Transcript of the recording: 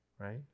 Right